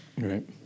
Right